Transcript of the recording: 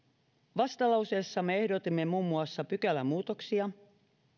vastalauseessamme ehdotimme muun muassa pykälämuutoksia niin